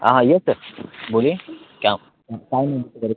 आहां yes sir बोलिये क्या काय नेमकं करायचं होतं